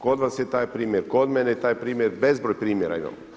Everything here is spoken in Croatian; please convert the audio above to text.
Kod vas je taj primjer, kod mene je taj primjer, bezbroj primjera imamo.